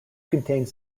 contains